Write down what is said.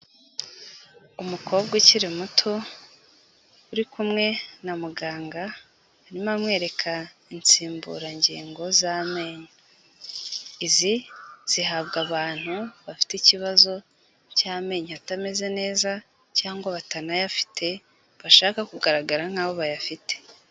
Umukobwa ukiri muto, uri kumwe na muganga, arimo aramwereka insimburangingo z'amenyo, izi zihabwa abantu bafite ikibazo cy'amenyo atameze neza, cyangwa batanayafite, bashaka kugaragara nkaho bayafite.